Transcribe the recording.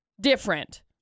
different